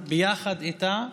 ביחד איתה,